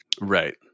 Right